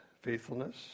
faithfulness